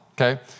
okay